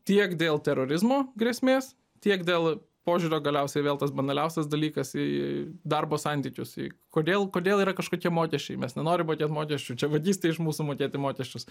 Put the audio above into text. tiek dėl terorizmo grėsmės tiek dėl požiūrio galiausiai vėl tas banaliausias dalykas į darbo santykius į kodėl kodėl yra kažkokie mokesčiai mes nenorim mokėt mokesčių čia vagystė iš mūsų mokėti mokesčius